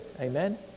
amen